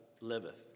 liveth